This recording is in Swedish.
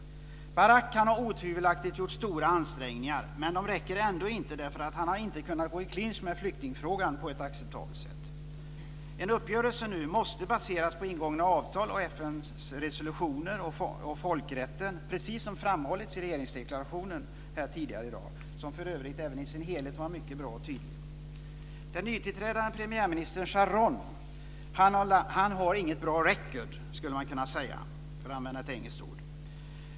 Barak har otvivelaktigt gjort stora ansträngningar. Men de räcker ändå inte, därför att han inte har kunnat gå i clinch med flyktingfrågan på ett acceptabelt sätt. En uppgörelse nu måste baseras på ingångna avtal och FN:s resolutioner och folkrätten, precis som framhållits i den utrikespolitiska deklarationen tidigare i dag, som för övrigt även i sin helhet var mycket bra och tydlig. Den nytillträdande premiärministern Sharon har inget bra record, skulle man kunna säga för att använda ett engelskt ord.